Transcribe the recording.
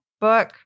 book